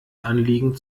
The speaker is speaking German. anliegen